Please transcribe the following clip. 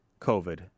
COVID